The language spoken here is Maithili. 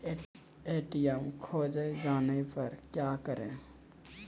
ए.टी.एम खोजे जाने पर क्या करें?